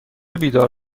بیدار